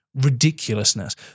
ridiculousness